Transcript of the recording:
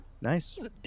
nice